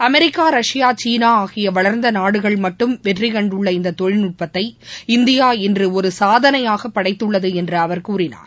America Russia சீனாஆகியவளர்ந்தநாடுகள் வெற்றிகண்டுள்ள இந்ததொழில்நுட்பத்தை இந்தியாவை இன்றுஒருசாதனையாகபடைத்துள்ளதுஎன்றுகூறினார்